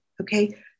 Okay